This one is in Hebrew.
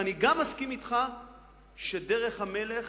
ואני גם מסכים אתך שדרך המלך